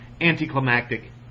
anticlimactic